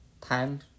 Time